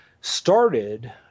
started